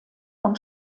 und